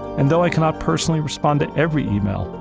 and though i cannot personally respond to every email,